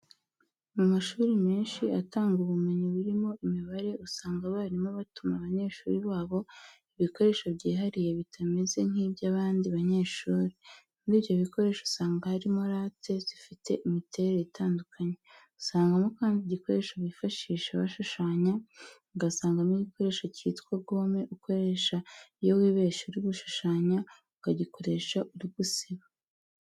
Mu mashuri menshi atanga ubumenyi burimo imibare, usanga abarimu batuma abanyeshuri babo ibikoresho byihariye bitameze nk'iby'abandi banyeshuri. Muri ibyo bikoresho usanga harimo rate zifite imiterere itandukanye, usangamo kandi igikoresho bifashisha bashushanya, ugasangamo igikoresho cyitwa gome ukoresha iyo wibeshye uri gushushanya, ukagikoresha uri gusiba.